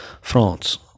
France